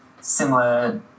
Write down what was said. similar